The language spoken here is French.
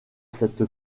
cette